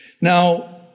Now